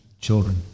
children